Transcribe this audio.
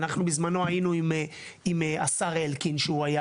אנחנו בזמנו היינו עם השר אלקין שהוא היה